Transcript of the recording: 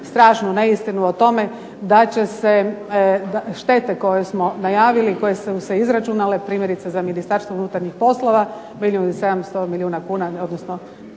strašnu neistinu o tome da će se štete koje smo najavili, koje su se izračunale, primjerice za Ministarstvo unutarnjih poslova, milijun i 700 tisuća kuna nešto